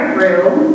room